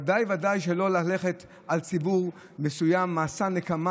ודאי וודאי שלא ללכת על ציבור מסוים במסע נקמה